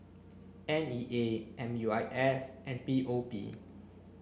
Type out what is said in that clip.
N E A M U I S and P O P